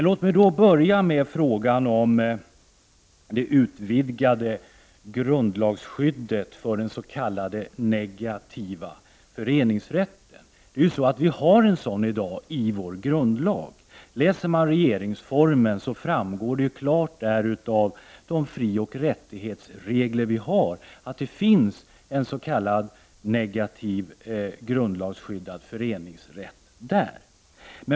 Låt mig börja med frågan om det utvidgade grundlagsskyddet för den s.k. negativa föreningsrätten. Vi har i dag en sådan inskriven i vår grundlag. Av regeringsformens fri och rättighetsregler framgår klart att det finns en grundlagsskyddad s.k. negativ föreningsrätt.